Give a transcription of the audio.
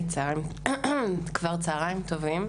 צוהריים טובים.